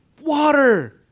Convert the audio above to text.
water